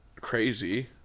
crazy